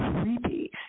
creepy